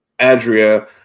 Adria